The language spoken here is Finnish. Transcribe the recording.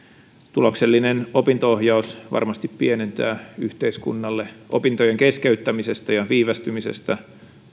tuloksellinen opinto ohjaus varmasti pienentää yhteiskunnalle opintojen keskeyttämisestä ja viivästymisestä